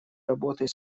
работой